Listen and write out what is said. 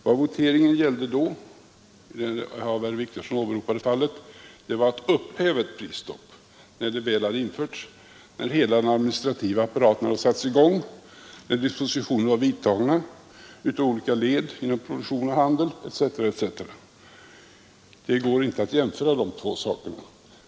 Vad voteringen gällde i det av herr Wictorsson åberopade fallet var att upphäva ett prisstopp när det väl hade införts, när hela den administrativa apparaten hade satts i gång, när dispositioner var vidtagna i olika led inom produktion och handel etc. Det går inte att jämföra de två sakerna.